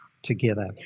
together